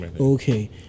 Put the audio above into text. okay